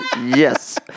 Yes